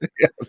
Yes